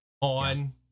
on